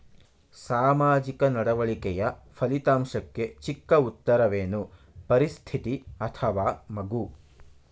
ಸಾಮಾಜಿಕ ನಡವಳಿಕೆಯ ಫಲಿತಾಂಶಕ್ಕೆ ಚಿಕ್ಕ ಉತ್ತರವೇನು? ಪರಿಸ್ಥಿತಿ ಅಥವಾ ಮಗು?